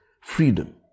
freedom